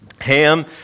Ham